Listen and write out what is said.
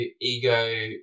ego